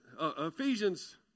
Ephesians